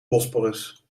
bosporus